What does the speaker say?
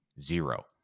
zero